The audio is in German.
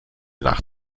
nach